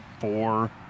four